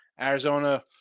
Arizona